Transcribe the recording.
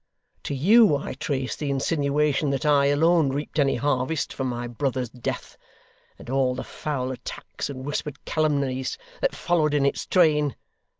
to you i traced the insinuation that i alone reaped any harvest from my brother's death and all the foul attacks and whispered calumnies that followed in its train.